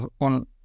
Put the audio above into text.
on